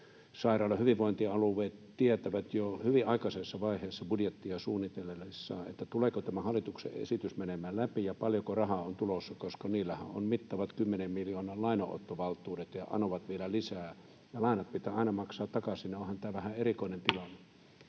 ja hyvinvointialueet tietävät jo hyvin aikaisessa vaiheessa budjettia suunnitellessaan, tuleeko tämä hallituksen esitys menemään läpi ja paljonko rahaa on tulossa, koska niillähän on mittavat kymmenen miljoonan lainanottovaltuudet ja anovat vielä lisää, ja kun lainat pitää aina maksaa takaisin, niin onhan tämä vähän erikoinen tilanne.